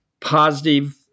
Positive